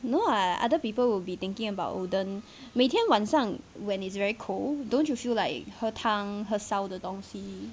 no [what] other people will be thinking about oden 每天晚上 when it's very cold don't you feel like 喝汤喝烧的东西